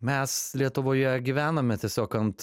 mes lietuvoje gyvename tiesiog ant